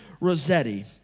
Rossetti